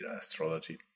astrology